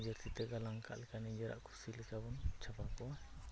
ᱱᱤᱡᱮᱨ ᱛᱤᱛᱮ ᱜᱟᱞᱟᱝᱠᱟᱫ ᱞᱮᱠᱟ ᱱᱤᱡᱮᱨ ᱠᱷᱩᱥᱤ ᱞᱮᱠᱟᱵᱚᱱ ᱪᱷᱟᱯᱟ ᱠᱚᱣᱟ